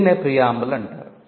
దీనినే ప్రియంబుల్ అంటారు